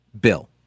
bill